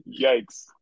yikes